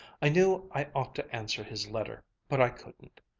i knew i ought to answer his letter, but i couldn't.